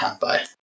bye